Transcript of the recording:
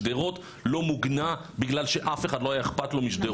שדרות לא מוגנה בגלל שאף אחד לא היה אכפת לו משדרות.